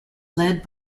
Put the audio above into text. led